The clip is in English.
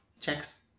checks